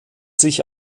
sich